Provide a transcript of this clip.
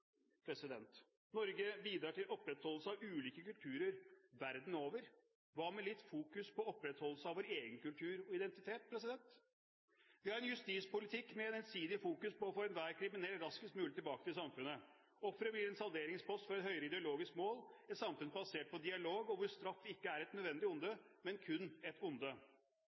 Norge bidrar til opprettholdelse av ulike kulturer verden over. Hva med litt fokus på opprettholdelse av vår egen kultur og identitet? Vi har en justispolitikk med et ensidig fokus på å få enhver kriminell raskest mulig tilbake til samfunnet. Offeret blir en salderingspost for et høyere ideologisk mål: et samfunn basert på dialog, hvor straff ikke er et nødvendig onde, men kun et onde.